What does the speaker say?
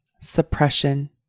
suppression